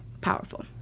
Powerful